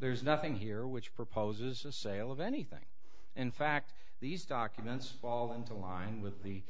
there's nothing here which proposes a sale of anything in fact these documents fall into line with the